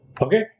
Okay